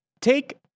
Take